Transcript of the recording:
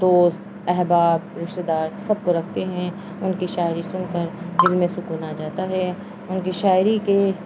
دوست احباب رشتہ دار سب کو رکھتے ہیں ان کی شاعری سن کر دل میں سکون آ جاتا ہے ان کی شاعری کے